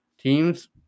teams